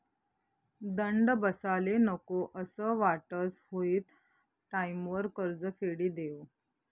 दंड बसाले नको असं वाटस हुयी त टाईमवर कर्ज फेडी देवो